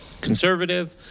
conservative